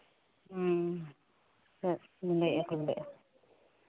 ᱦᱮᱸ ᱪᱮᱫ ᱵᱤᱱ ᱞᱟᱹᱭᱮᱫ ᱛᱟᱦᱞᱮᱼᱟ